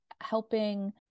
helping